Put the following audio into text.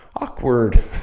awkward